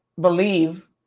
believe